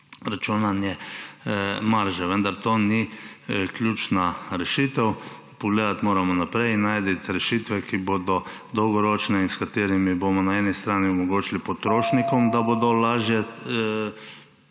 računanje marže. Vendar to ni ključna rešitev. Pogledati moramo naprej in najti rešitve, ki bodo dolgoročne in s katerimi bomo na eni strani omogočili potrošnikom, da bodo lažje